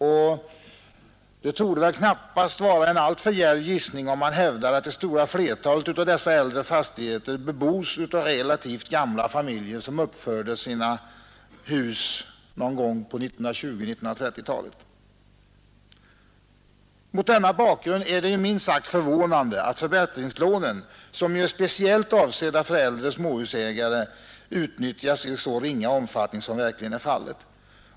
Och det torde knappast vara en alltför djärv gissning om man hävdar att det stora flertalet av dessa äldre fastigheter bebos av relativt gamla familjer, som uppförde sina hus någon gång på 1920 eller 1930-talet. Mot denna bakgrund är det minst sagt förvånande att förbättringslånen — som är speciellt avsedda för äldre småhusägare — utnyttjas i så ringa omfattning som verkligen är fallet.